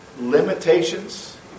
limitations